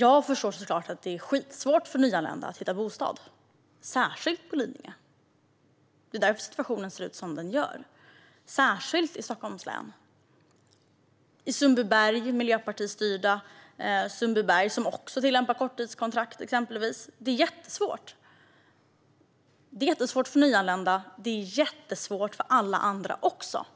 Jag förstår såklart att det är skitsvårt för nyanlända att hitta bostad, särskilt på Lidingö. Det är därför situationen ser ut som den gör, i synnerhet i Stockholms län. I exempelvis miljöpartistyrda Sundbyberg tillämpas också korttidskontrakt. Det är jättesvårt - för nyanlända och för alla andra också.